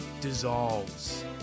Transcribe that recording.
dissolves